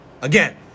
Again